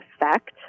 effect